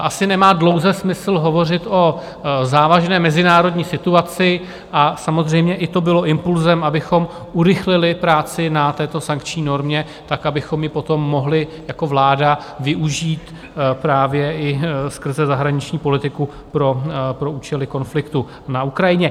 Asi nemá smysl dlouze hovořit o závažné mezinárodní situaci a samozřejmě i to bylo impulzem, abychom urychlili práci na této sankční normě tak, abychom ji potom mohli jako vláda využít právě i skrze zahraniční politiku pro účely konfliktu na Ukrajině.